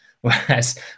Whereas